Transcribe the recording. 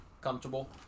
comfortable